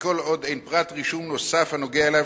וכל עוד אין פרט רישום נוסף הנוגע אליו